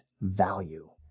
value